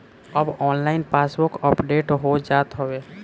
अब online passbook update हो जात हवे